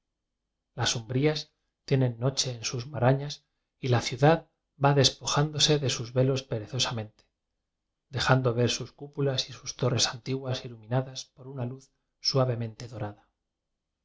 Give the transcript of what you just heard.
las umbrías tienen no che en sus marañas y la ciudad va despo jándose de sus velos perezosamente dejan do ver sus cúpulas y sus torres antiguas iluminadas por una luz suavemente dorada